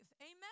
Amen